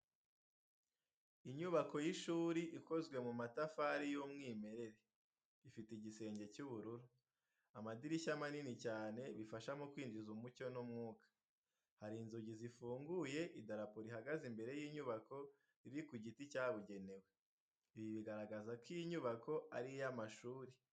Inyubako y’ishuri ikozwe mu matafari y’umwimerere. Ifite igisenge cy'ubururu. Amadirishya manini cyane, bifasha mu kwinjiza umucyo n’umwuka. Hari inzugi zifunguye, idarapo rihagaze imbere y’inyubako, riri ku giti cyabugenewe. Ibi bigaragaza ko iyi nyubako ari iy'amashuri.